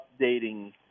updating